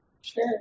Sure